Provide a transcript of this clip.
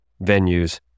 venues